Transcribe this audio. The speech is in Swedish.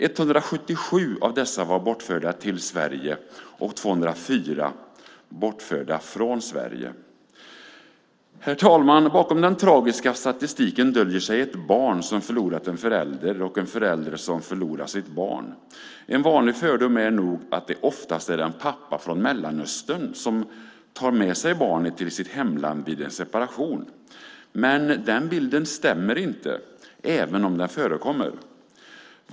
177 av dessa var bortförda till Sverige och 204 bortförda från Sverige. Herr talman! Bakom den tragiska statistiken döljer sig ett barn som förlorat en förälder och en förälder som förlorat sitt barn. En vanlig fördom är nog att det oftast är en pappa från Mellanöstern som tar med sig barnet till sitt hemland vid en separation. Men den bilden stämmer inte, även om den förekommer.